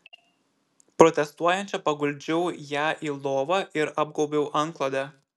protestuojančią paguldžiau ją į lovą ir apgaubiau antklode